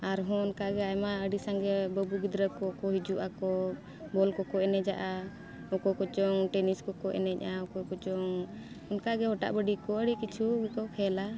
ᱟᱨᱦᱚᱸ ᱚᱱᱠᱟ ᱜᱮ ᱟᱭᱢᱟ ᱟᱹᱰᱤ ᱥᱟᱸᱜᱮ ᱵᱟᱹᱵᱩ ᱜᱤᱫᱽᱨᱟᱹ ᱠᱚ ᱠᱚ ᱦᱤᱡᱩᱜ ᱟᱠᱚ ᱵᱚᱞ ᱠᱚᱠᱚ ᱮᱱᱮᱡᱟ ᱚᱠᱚᱭ ᱠᱚᱪᱚᱝ ᱴᱮᱱᱤᱥ ᱠᱚᱠᱚ ᱮᱱᱮᱡᱼᱟ ᱚᱠᱚᱭ ᱠᱚᱪᱚᱝ ᱚᱱᱠᱟ ᱜᱮ ᱦᱚᱴᱟ ᱵᱟᱹᱰᱤ ᱠᱚ ᱟᱹᱰᱤ ᱠᱤᱪᱷᱩ ᱜᱮᱠᱚ ᱠᱷᱮᱞᱟ